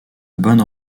bonnes